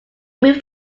moved